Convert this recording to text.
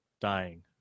dying